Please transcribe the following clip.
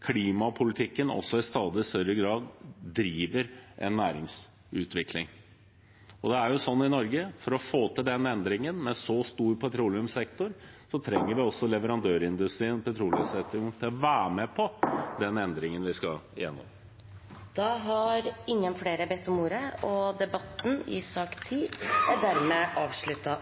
klimapolitikken i stadig større grad driver næringsutvikling. Det er sånn i Norge at for å få til den endringen med så stor petroleumssektor trenger vi også at leverandørindustrien er med på den endringen vi skal gjennom. Flere har ikke bedt om ordet til sak nr. 10. Etter ønske